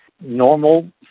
normal